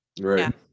Right